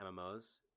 mmos